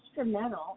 instrumental